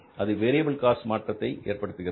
அது variable cost மாற்றத்தை ஏற்படுத்துகிறது